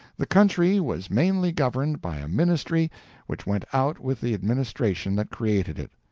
the country was mainly governed by a ministry which went out with the administration that created it.